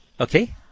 Okay